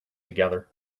together